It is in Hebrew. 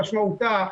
משמעותה,